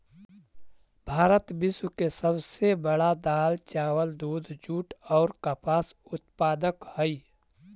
भारत विश्व के सब से बड़ा दाल, चावल, दूध, जुट और कपास उत्पादक हई